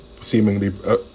seemingly